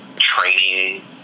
training